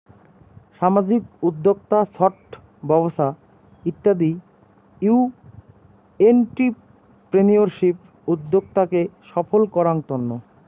সামাজিক উদ্যক্তা, ছট ব্যবছা ইত্যাদি হউ এন্ট্রিপ্রেনিউরশিপ উদ্যোক্তাকে সফল করাঙ তন্ন